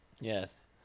Yes